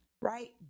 right